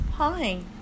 Hi